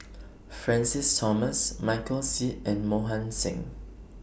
Francis Thomas Michael Seet and Mohan Singh